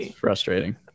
frustrating